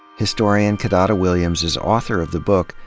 historian kidada williams is author of the book,